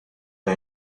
the